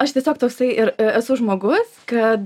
aš tiesiog toksai ir esu žmogus kad